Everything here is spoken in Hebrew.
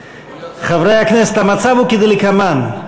חברי הכנסת, המצב הוא כדלקמן,